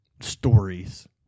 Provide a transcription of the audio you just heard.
stories